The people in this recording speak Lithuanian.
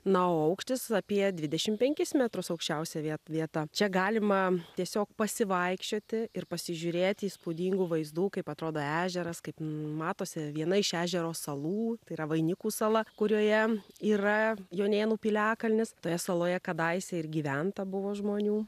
na o aukštis apie dvidešimt penkis metrus aukščiausia vie vieta čia galima tiesiog pasivaikščioti ir pasižiūrėti įspūdingų vaizdų kaip atrodo ežeras kaip matosi viena iš ežero salų tai yra vainikų sala kurioje yra jonėnų piliakalnis toje saloje kadaise ir gyventa buvo žmonių